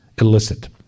illicit